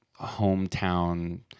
hometown